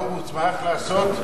מה הוא צריך לעשות?